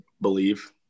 believe